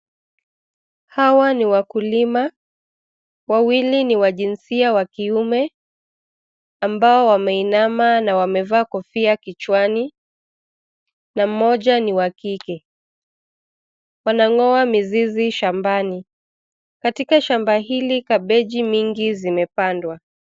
Hawa ni wakulima wawili ni wa jinsia wa kiume ambao wameinama na wamevaa kofia kichwani na mmoja ni wa kike. Wanang'oa mizizi shambani. Katika shamba hili kabeji mingi zimepandwa.